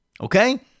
okay